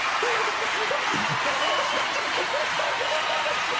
we are the fucking best! you can respond to this message!